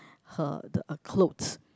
her the a clothes